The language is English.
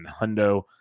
hundo